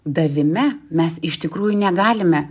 davime mes iš tikrųjų negalime